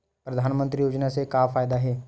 परधानमंतरी योजना से का फ़ायदा हे?